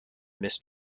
missed